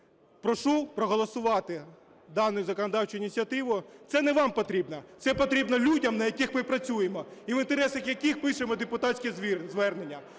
Прошу проголосувати дану законодавчу ініціативу. Це не вам потрібно, це потрібно людям, на яких ми працюємо і в інтересах яких пишемо депутатські звернення.